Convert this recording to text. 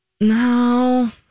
No